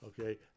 okay